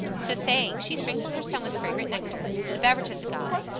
so saying she sprinkled her son with fragrant nectar, the beverage of the gods,